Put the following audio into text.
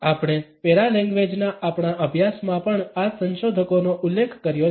આપણે પેરાલેંગ્વેજના આપણા અભ્યાસમાં પણ આ સંશોધકોનો ઉલ્લેખ કર્યો છે